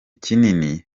kinini